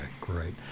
great